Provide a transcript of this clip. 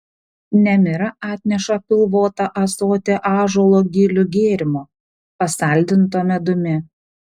nemira atneša pilvotą ąsotį ąžuolo gilių gėrimo pasaldinto medumi